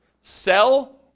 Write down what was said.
sell